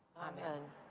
amen.